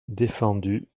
défendu